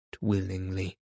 willingly